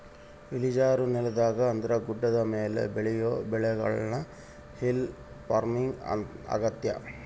ಇಳಿಜಾರು ನೆಲದಾಗ ಅಂದ್ರ ಗುಡ್ಡದ ಮೇಲೆ ಬೆಳಿಯೊ ಬೆಳೆಗುಳ್ನ ಹಿಲ್ ಪಾರ್ಮಿಂಗ್ ಆಗ್ಯತೆ